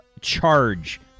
charge